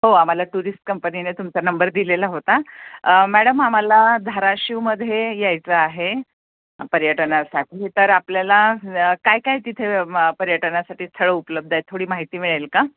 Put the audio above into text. hello हो आम्हाला tourist कंपनीने तुमचा नंबर दिलेला होता मॅडम आम्हाला धाराशिवमध्ये यायचं आहे पर्यटनासाठी तर आपल्याला काय काय तिथे पर्यटनासाठी स्थळं उपलब्ध आहेत थोडी माहिती मिळेल का